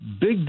big